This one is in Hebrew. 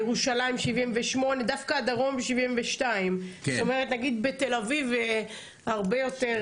ירושלים 78. דווקא הדרום 72. נגיד בתל אביב הרבה יותר.